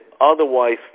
otherwise